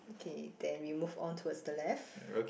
okay then we move on towards the left